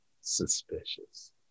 suspicious